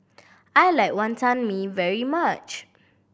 I like Wonton Mee very much